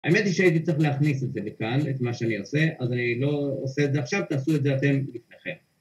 האמת היא שהייתי צריך להכניס את זה לכאן, את מה שאני עושה, אז אני לא עושה את זה עכשיו, תעשו את זה אתם לפניכם